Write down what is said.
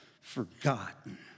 forgotten